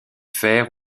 fer